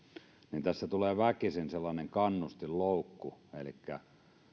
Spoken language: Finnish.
eli tässä tulee väkisin sellainen kannustinloukku että